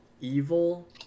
evil